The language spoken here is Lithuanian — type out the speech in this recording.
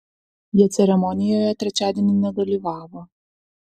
jie ceremonijoje trečiadienį nedalyvavo